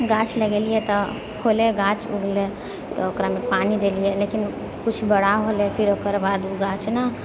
गाछ लगेलिए तऽ होलै गाछ उगलै तऽ ओकरामे पानी देलिए लेकिन किछु बड़ा होलै फेर ओकर बाद ओ गाछ ने